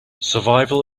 survival